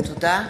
תודה.